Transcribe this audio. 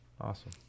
awesome